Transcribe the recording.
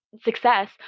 success